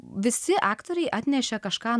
visi aktoriai atnešė kažką